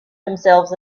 themselves